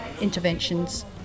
interventions